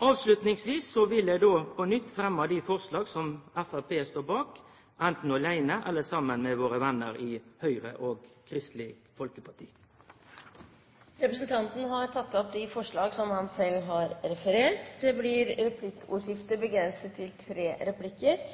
Avslutningsvis vil eg ta opp dei forslaga som Framstegspartiet står bak, anten aleine eller saman med våre venner i Høgre og Kristeleg Folkeparti. Representanten Gjermund Hagesæter har tatt opp de forslag han refererte til. Det blir replikkordskifte.